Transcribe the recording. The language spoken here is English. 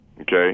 okay